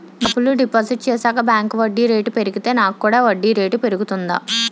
డబ్బులు డిపాజిట్ చేశాక బ్యాంక్ వడ్డీ రేటు పెరిగితే నాకు కూడా వడ్డీ రేటు పెరుగుతుందా?